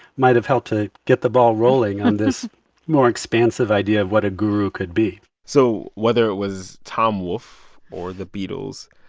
might have helped to get the ball rolling on this more expansive idea of what a guru could be so whether was tom wolfe or the beatles,